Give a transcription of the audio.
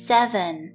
Seven